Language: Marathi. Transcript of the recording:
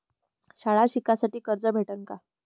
शाळा शिकासाठी कर्ज भेटन का?